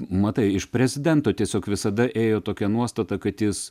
matai iš prezidento tiesiog visada ėjo tokia nuostata kad jis